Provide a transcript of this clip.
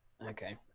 okay